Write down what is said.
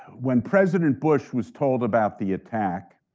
when president bush was told about the attack,